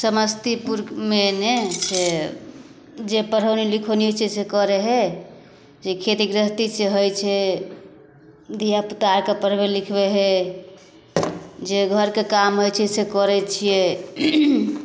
समस्तीपुरमे ने से जे पढ़ौनी लिखौनी होइ छै से करै हइ जे खेती गिरहस्तीसँ होइ छै धिआपुता आओरके पढ़बै लिखबै हइ जे घरके काम होइ छै से करै छिए